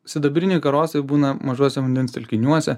sidabriniai karosai būna mažuose vandens telkiniuose